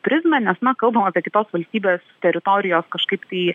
prizmę nes na kalbam apie kitos valstybės teritorijos kažkaip tai